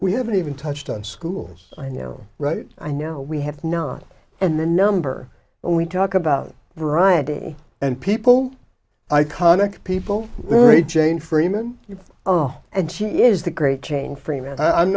we haven't even touched on schools i know right i know we have not and the number when we talk about variety and people iconic people jane freeman you oh and she is the great